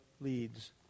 leads